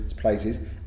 places